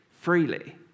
freely